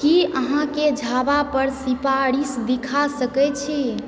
की अहाँके झाबापर सिफारिश देखा सकै छी